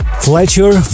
Fletcher